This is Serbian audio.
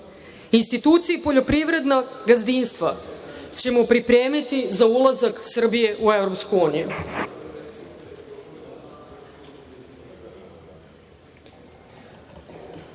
Institucije poljoprivrednog gazdinstva ćemo pripremiti za ulazak Srbije u EU.Rudarstvo,